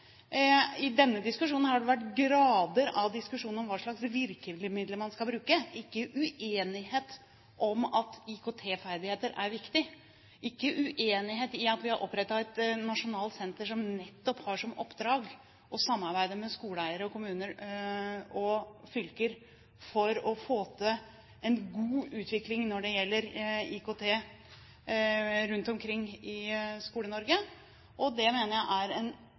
har det vært grader av diskusjon om hva slags virkemidler man skal bruke, ikke uenighet om at IKT-ferdigheter er viktig, ikke uenighet om at vi har opprettet et nasjonalt senter som nettopp har som oppdrag å samarbeide med skoleeiere, kommuner og fylker for å få til en god utvikling når det gjelder IKT rundt om i Skole-Norge. Det mener jeg er nettopp en